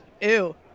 Ew